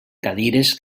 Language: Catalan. cadires